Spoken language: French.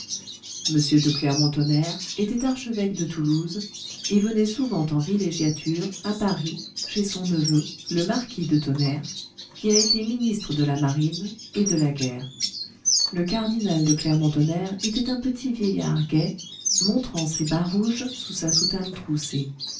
m de clermont-tonnerre était archevêque de toulouse et venait souvent en villégiature à paris chez son neveu le marquis de tonnerre qui a été ministre de la marine et de la guerre le cardinal de clermont-tonnerre était un petit vieillard gai montrant ses bas rouges sous sa soutane troussée